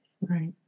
right